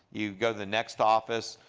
you know the next office,